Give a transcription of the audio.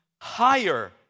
higher